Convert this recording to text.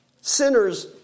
Sinners